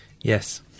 Yes